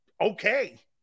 okay